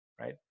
right